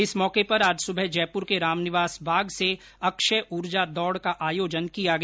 इस अवसर पर आज सुबह जयपूर के रामनिवास बाग से अक्षय ऊर्जा दौड़ का आयोजन किया गया